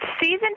Season